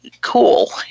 cool